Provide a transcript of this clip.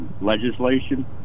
legislation